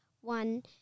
One